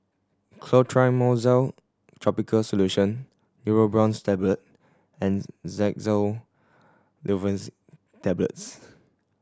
Clotrimozole Topical Solution Neurobion's Tablet and Xyzal Tablets